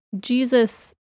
Jesus